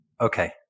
Okay